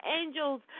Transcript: angels